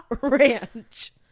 ranch